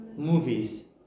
Movies